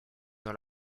dans